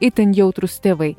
itin jautrūs tėvai